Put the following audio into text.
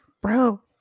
bro